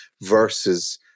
versus